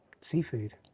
seafood